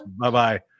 Bye-bye